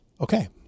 Okay